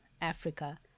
Africa